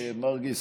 חבר הכנסת מרגי,